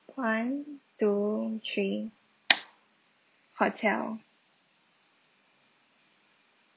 one two three hotel